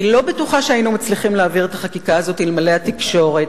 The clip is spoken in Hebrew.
אני לא בטוחה שהיינו מצליחים להעביר את החקיקה הזאת אלמלא התקשורת.